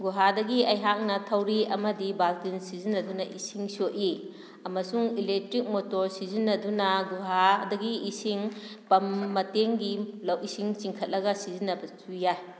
ꯒꯨꯍꯥꯗꯒꯤ ꯑꯩꯍꯥꯛꯅ ꯊꯧꯔꯤ ꯑꯃꯗꯤ ꯕꯥꯜꯇꯤꯟ ꯁꯤꯖꯤꯟꯅꯗꯨꯅ ꯏꯁꯤꯡ ꯁꯣꯛꯏ ꯑꯃꯁꯨꯡ ꯏꯂꯦꯛꯇ꯭ꯔꯤꯛ ꯃꯣꯇꯣꯔ ꯁꯤꯖꯤꯟꯅꯗꯨꯅ ꯒꯨꯍꯥꯗꯒꯤ ꯏꯁꯤꯡ ꯄꯝ ꯃꯇꯦꯡꯒꯤ ꯏꯁꯤꯡ ꯆꯤꯡꯈꯠꯂꯒ ꯁꯤꯖꯤꯟꯅꯕꯁꯨ ꯌꯥꯏ